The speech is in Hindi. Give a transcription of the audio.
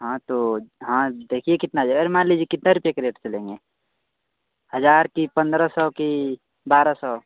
तो देखिए कितना अगर मान लिजीए कितना रुपये का रेट से देंगे हज़ार की पंद्रह सौ कि बारह सौ